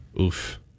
Oof